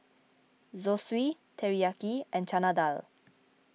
Zosui Teriyaki and Chana Dal